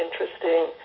interesting